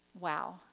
wow